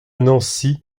nancy